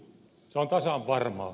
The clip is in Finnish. se on tasan varmaa